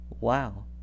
Wow